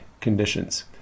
conditions